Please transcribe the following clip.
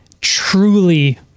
truly